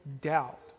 doubt